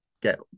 get